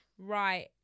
Right